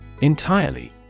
Entirely